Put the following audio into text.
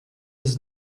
his